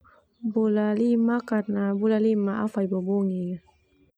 Bula lima karena bula lima au fai bobingik.